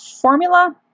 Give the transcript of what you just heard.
formula